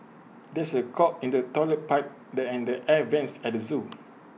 there is A clog in the Toilet Pipe the and the air Vents at the Zoo